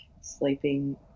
sleeping